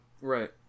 Right